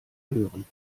hören